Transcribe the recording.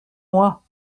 moi